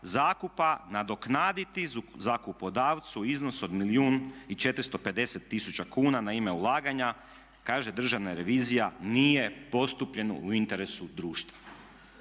zakupa nadoknaditi zakupodavcu iznos od milijun i 450 tisuća kuna na ime ulaganja, kaže državna revizija nije postupljeno u interesu društva.